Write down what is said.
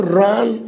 run